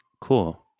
Cool